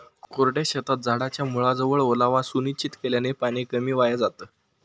कोरड्या शेतात झाडाच्या मुळाजवळ ओलावा सुनिश्चित केल्याने पाणी कमी वाया जातं